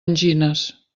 angines